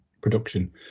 production